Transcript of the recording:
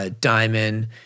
Diamond